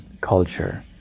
culture